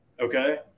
Okay